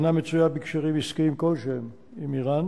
אינה מצויה בקשרים עסקיים כלשהם עם אירן